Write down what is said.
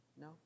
No